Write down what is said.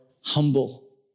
humble